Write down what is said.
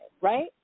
right